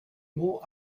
more